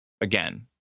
Again